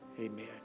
Amen